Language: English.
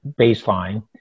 baseline